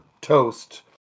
toast